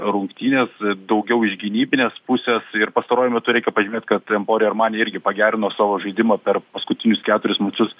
rungtynės daugiau iš gynybinės pusės ir pastaruoju metu reikia pažymėt kad empori armani irgi pagerino savo žaidimą per paskutinius keturis mačus